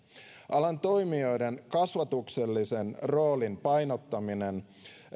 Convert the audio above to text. alan toimijoiden kasvatuksellisen roolin painottaminen